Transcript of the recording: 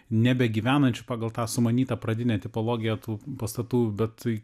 nebegyvenančių pagal tą sumanytą pradinę tipologiją tų pastatų bet